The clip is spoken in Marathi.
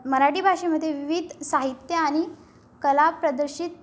मराठी भाषेमध्ये विविध साहित्य आणि कला प्रदर्शित